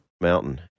mountain